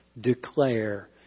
declare